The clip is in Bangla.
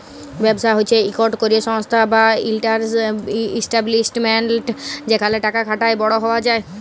ব্যবসা হছে ইকট ক্যরে সংস্থা বা ইস্টাব্লিশমেল্ট যেখালে টাকা খাটায় বড় হউয়া যায়